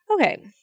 okay